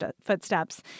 footsteps